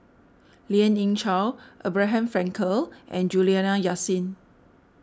Lien Ying Chow Abraham Frankel and Juliana Yasin